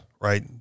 right